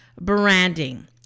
branding